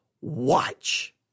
watch